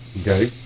okay